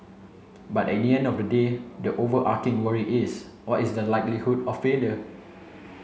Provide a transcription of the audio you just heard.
but at the end of the day the overarching worry is what is the likelihood of failure